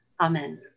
Amen